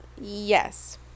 Yes